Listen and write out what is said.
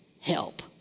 help